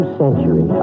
century